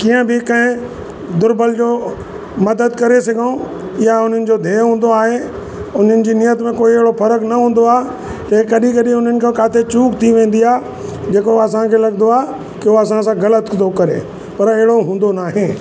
कीअं बि कंहिं दुर्बल जो मदद करे सघूं इहा उन्हनि जो ध्येय हूंदो आहे उन्हनि जी नियत में कोई अहिड़ो फर्क़ न हूंदो आहे ऐं कॾहिं कॾहिं उन्हनि खां किथे चूक थी वेंदी आहे जेको असांखे लॻंदो आहे की उहो असां सां ग़लति थो करे पर अहिड़ो हूंदो न आहे